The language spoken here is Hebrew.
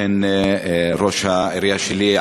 בהן ראש העירייה שלי,